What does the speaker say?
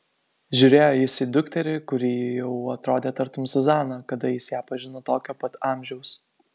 žiūrėjo jis į dukterį kuri jau atrodė tartum zuzana kada jis ją pažino tokio pat amžiaus